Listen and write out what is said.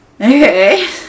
Okay